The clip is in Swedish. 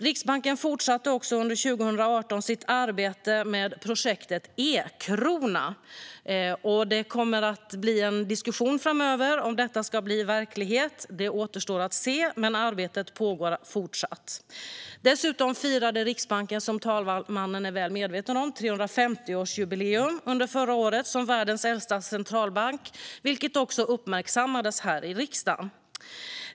Riksbanken fortsatte under 2018 sitt arbete med projektet e-krona. Det kommer att bli en diskussion framöver om huruvida detta ska bli verklighet. Det återstår att se, men arbetet pågår fortfarande. Som talmannen är väl medveten om firade Riksbanken, världens äldsta centralbank, 350-årsjubileum under förra året, vilket också uppmärksammades här i riksdagen.